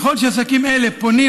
ככל שעסקים אלה פונים